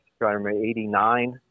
89